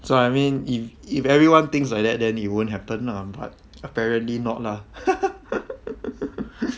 so I mean if if everyone thinks like that then it won't happen lah but apparently not lah